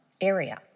area